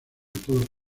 todo